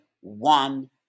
one